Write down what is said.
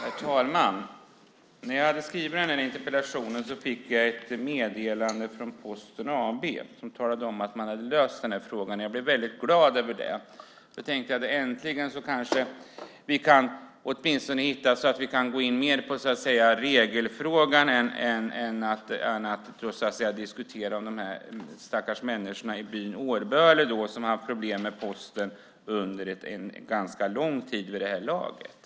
Fru talman! När jag hade skrivit interpellationen fick jag ett meddelande från Posten AB som talade om att man hade löst frågan. Jag blev glad över det. Jag tänkte att äntligen kan vi hitta något som gör att vi kan gå in mer på regelfrågan än att diskutera de här stackars människorna i byn Årböle, som har haft problem med posten under ganska lång tid vid det här laget.